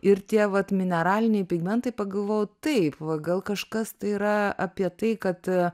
ir tie vat mineraliniai pigmentai pagalvojau taip va gal kažkas tai yra apie tai kad